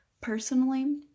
Personally